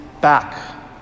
back